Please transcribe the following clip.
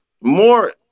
More